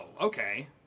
okay